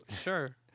sure